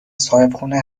صاحبخونه